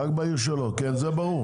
רק בעיר שלו, כן, זה ברור.